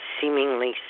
seemingly